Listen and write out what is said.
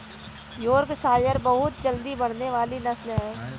Yorkshire बहुत जल्दी बढ़ने वाली नस्ल है